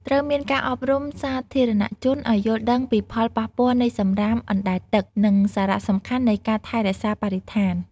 ត្រូវមានការអប់រំសាធារណជនឱ្យយល់ដឹងពីផលប៉ះពាល់នៃសំរាមអណ្តែតទឹក និងសារៈសំខាន់នៃការថែរក្សាបរិស្ថាន។